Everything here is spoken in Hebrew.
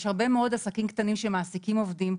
יש הרבה מאוד עסקים קטנים שמעסיקים עובדים,